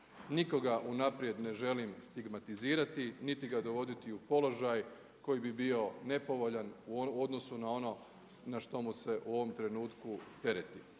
Nikoga unaprijed ne želim stigmatizirati niti ga dovoditi u položaj koji bi bio nepovoljan u odnosu na ono na što mu se u ovom trenutku tereti.